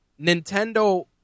Nintendo